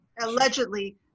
allegedly